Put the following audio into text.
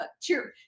cheers